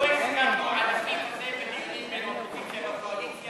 לא הסכמנו על הסעיף הזה בדיונים בין האופוזיציה לקואליציה,